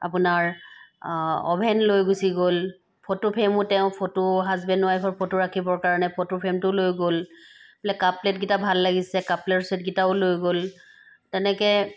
আপোনাৰ অ'ভেন লৈ গুছি গ'ল ফটো ফ্ৰেমো তেওঁ ফটো হাছবেণ্ড ৱাইফৰ কাৰণে ফটো ৰাখিবৰ কাৰণে ফটো ফ্ৰেমটোও লৈ গ'ল বোলে কাপ প্লেট কেইটা ভাল লাগিছে কাপ প্লেটৰ চেট কেইটাও লৈ গ'ল তেনেকৈ